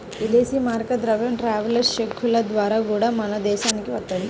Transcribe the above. ఇదేశీ మారక ద్రవ్యం ట్రావెలర్స్ చెక్కుల ద్వారా గూడా మన దేశానికి వత్తది